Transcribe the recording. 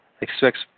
expects